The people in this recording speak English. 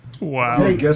Wow